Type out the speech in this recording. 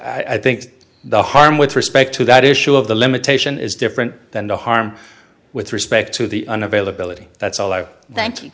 i think the harm with respect to that issue of the limitation is different than the harm with respect to the un availability that's all i thank you